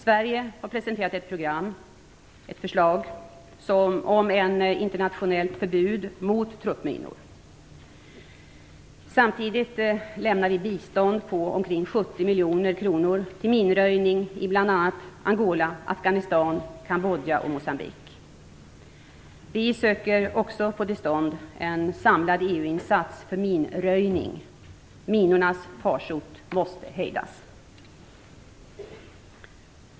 Sverige har presenterat ett förslag om ett internationellt förbud mot truppminor. Samtidigt lämnar vi bistånd på omkring Afghanistan, Kambodja och Moçambique. Vi söker också få till stånd en samlad EU-insats för minröjning. Minornas farsot måste hejdas.